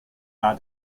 war